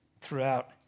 throughout